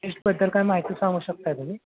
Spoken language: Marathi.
टेस्टबद्दल काय माहिती सांगू शकता तुम्ही